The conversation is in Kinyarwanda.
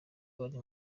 bari